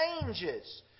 changes